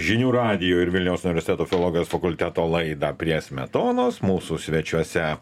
žinių radijo ir vilniaus universiteto filologijos fakulteto laidą prie smetonos mūsų svečiuose